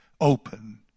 Open